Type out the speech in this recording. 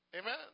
Amen